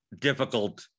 difficult